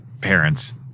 parents